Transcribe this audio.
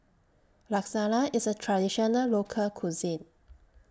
Lasagna IS A Traditional Local Cuisine